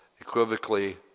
equivocally